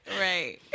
Right